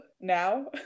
now